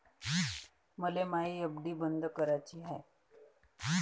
मले मायी एफ.डी बंद कराची हाय